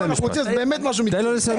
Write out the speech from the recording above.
אנחנו רוצים לעשות משהו באמת מקצועי.